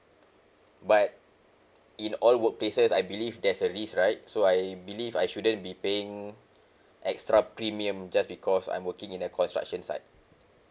but in all workplaces I believe there's a risk right so I believe I shouldn't be paying extra premium just because I'm working in a construction site